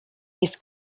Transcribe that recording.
his